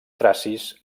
tracis